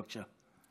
בבקשה.